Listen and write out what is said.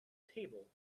table